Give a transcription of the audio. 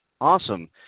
Awesome